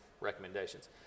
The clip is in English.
recommendations